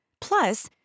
Plus